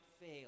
fail